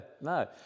no